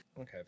Okay